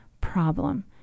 problem